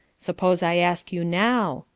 suppose i ask you now,